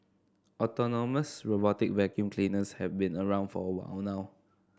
autonomous robotic vacuum cleaners have been around for a while now